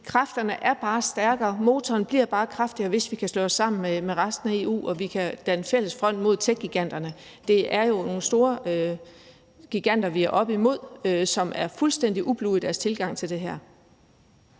kræfterne er bare stærkere, motoren bliver bare kraftigere, hvis vi kan slå os sammen med resten af EU og danne fælles front mod techgiganterne. Det er jo nogle store giganter, vi er oppe imod, som er fuldstændig ublu i deres tilgang til det her.